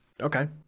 Okay